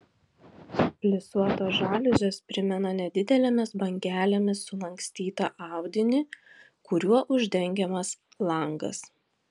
plisuotos žaliuzės primena nedidelėmis bangelėmis sulankstytą audinį kuriuo uždengiamas langas